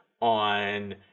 on